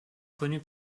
connu